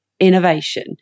innovation